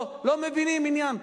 לא מבינים עניין?